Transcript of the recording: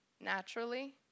naturally